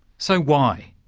so, why?